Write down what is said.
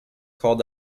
called